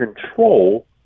control